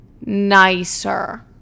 nicer